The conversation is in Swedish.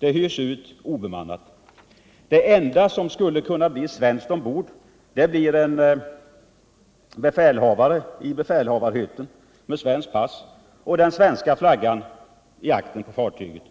Fartyget hyrs ut obemannat. Det enda som skulle kunna bli svenskt ombord blir en befälhavare med svenskt pass i befälhavarhytten och den svenska flaggen i aktern på fartyget.